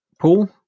Paul